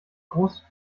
großes